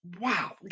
Wow